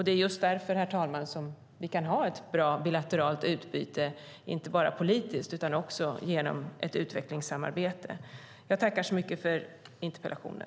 Det är just därför, herr talman, som vi kan ha ett bra bilateralt utbyte, inte bara politiskt utan också genom ett utvecklingssamarbete. Jag tackar så mycket för interpellationen.